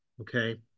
okay